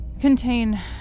contain